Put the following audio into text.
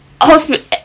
hospital